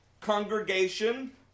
congregation